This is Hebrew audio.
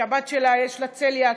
שלבת שלה יש צליאק,